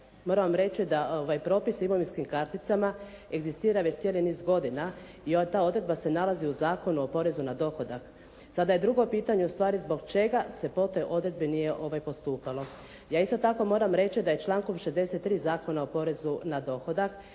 moram reći da propisi imovinskim karticama egzistira već cijeli niz godina i ta odredba se nalazi u Zakonu o porezu na dohodak. Sada je drugo pitanje u stvari zbog čega se po te odredbe nije postupalo? Ja isto tako moram reći da je člankom 63. Zakona o porezu na dohodak,